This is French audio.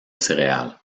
céréales